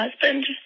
husband